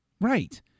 Right